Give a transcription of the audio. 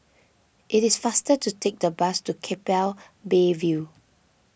it is faster to take the bus to Keppel Bay View